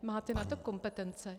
Máte na to kompetence.